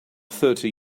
thirty